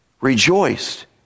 Rejoiced